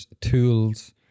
tools